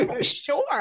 Sure